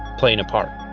playing a part?